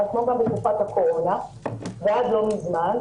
כמו גם בתקופת הקורונה ועד לא מזמן,